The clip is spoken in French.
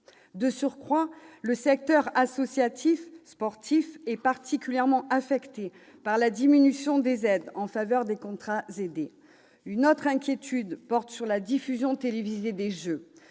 De surcroît, le secteur associatif sportif est particulièrement affecté par la diminution des aides en faveur des contrats aidés. Une autre inquiétude porte sur la diffusion télévisée des jeux